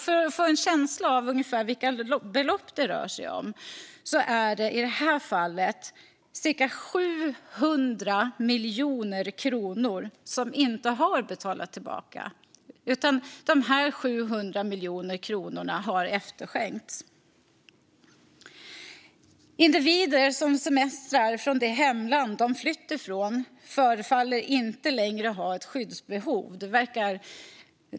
För att ge en känsla av vilka belopp det rör sig om kan jag säga att det i det här fallet är cirka 700 miljoner kronor som inte betalats tillbaka. Dessa 700 miljoner kronor har efterskänkts. Individer som semestrar i det hemland de flytt ifrån förefaller inte längre ha ett skyddsbehov.